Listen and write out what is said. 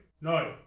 No